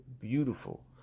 Beautiful